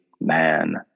man